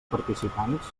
participants